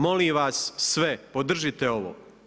Molim vas sve, podržite ovo.